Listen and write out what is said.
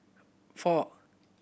four